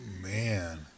man